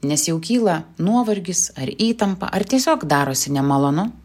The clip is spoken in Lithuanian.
nes jau kyla nuovargis ar įtampa ar tiesiog darosi nemalonu